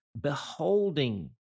beholding